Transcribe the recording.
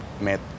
met